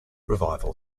revival